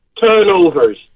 turnovers